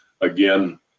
again